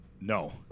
No